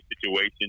situation